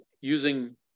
using